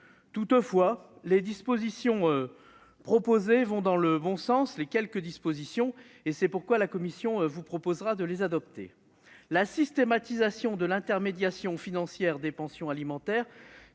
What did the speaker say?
Toutefois, les quelques dispositions proposées vont dans le bon sens, et c'est pourquoi la commission vous proposera de les adopter. La systématisation de l'intermédiation financière des pensions alimentaires